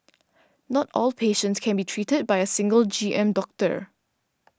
not all patients can be treated by a single G M doctor